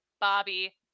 Bobby